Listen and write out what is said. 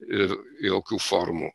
ir jokių formų